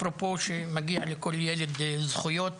אפרופו שמגיע לכל ילד זכויות